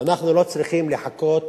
ואנחנו לא צריכים לחכות